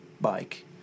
bike